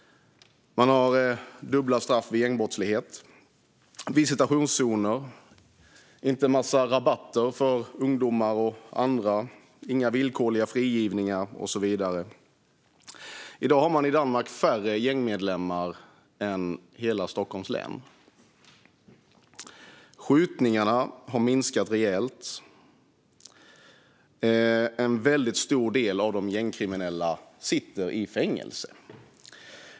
Man har dubbla straff vid gängbrottslighet, har visitationszoner, har inte en massa rabatter för ungdomar och andra, har inga villkorliga frigivningar och så vidare. I Danmark finns det i dag färre gängmedlemmar än i hela Stockholms län. Skjutningarna har minskat rejält. En väldigt stor del av de gängkriminella sitter i fängelse.